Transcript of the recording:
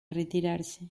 retirarse